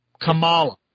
Kamala